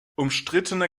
umstrittene